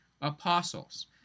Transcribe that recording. apostles